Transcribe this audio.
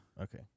Okay